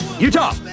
Utah